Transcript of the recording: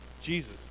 Jesus